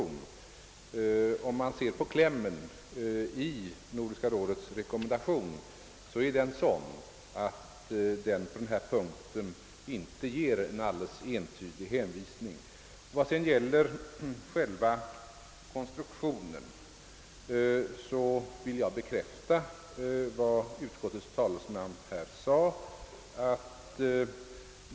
Men om man ser på klämmen i Nordiska rådets rekommendation finner man att den är sådan, att den på denna punkt inte ger en helt entydig anvisning. Vad sedan gäller själva konstruktionen vill jag bekräfta uttalandet av utskottets talesman.